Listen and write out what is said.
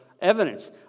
evidence